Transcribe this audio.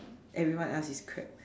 everyone else is crap